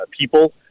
people